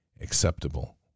acceptable